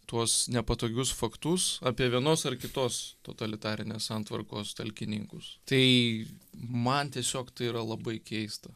tuos nepatogius faktus apie vienos ar kitos totalitarinės santvarkos talkininkus tai man tiesiog tai yra labai keista